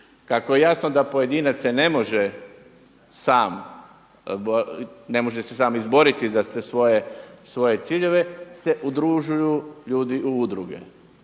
Kako je jasno da pojedinac se ne može sam, ne može se sam izboriti za te svoje ciljeve se udružuju ljudi u udruge.